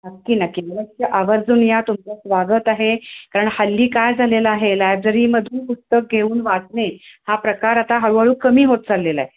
नक्की नक्की मला आवर्जून या तुमचं स्वागत आहे कारण हल्ली काय झालेलं आहे लायब्ररीमधून पुस्तक घेऊन वाचणे हा प्रकार आता हळूहळू कमी होत चाललेला आहे